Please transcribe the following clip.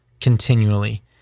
continually